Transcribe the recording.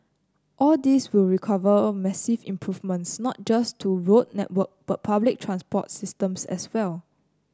all this will recover massive improvements not just to road network but public transport systems as well